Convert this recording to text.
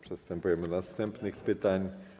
Przystępujemy do następnych pytań.